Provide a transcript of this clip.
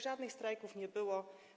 Żadnych strajków nie było.